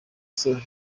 sol